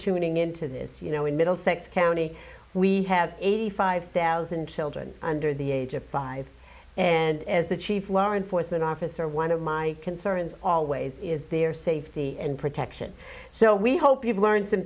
tuning in to this you know in middlesex county we have eighty five thousand children under the age of five and as the chief law enforcement officer one of my concerns always is their safety and protection so we hope you've learned some